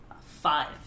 Five